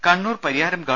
ദേദ കണ്ണൂർ പരിയാരം ഗവ